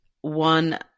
one